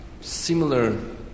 similar